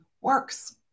works